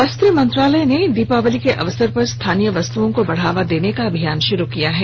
वस्त्र मंत्रालय ने दीपावली के अवसर पर स्थानीय वस्तुओं को बढ़ावा देने का अभियान शुरू किया है